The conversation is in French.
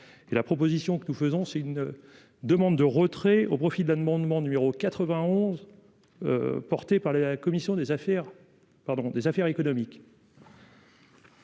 la proposition que nous faisons, c'est une demande de retrait au profit d'amendement numéro 91, porté par la commission des affaires pardon des